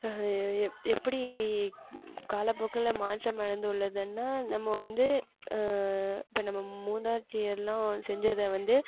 எப்படி காலப்போக்கில் மாற்றம் அடைந்துள்ளதுன்னால் நம்ம வந்து இப்போ நம்ம மூதாட்டி எல்லாம் செஞ்சதை வந்து